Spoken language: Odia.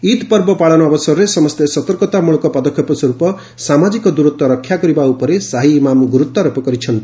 ଇଦ୍ ପର୍ବ ପାଳନ ଅବସରରେ ସମସ୍ତେ ସତର୍କତାମଳକ ପଦକ୍ଷେପ ସ୍ୱର୍ପ ସାମାଜିକ ଦୂରତ୍ୱ ରକ୍ଷା କରିବା ଉପରେ ସାହି ଇମାମ୍ ଗୁରୁତ୍ୱାରୋପ କରିଛନ୍ତି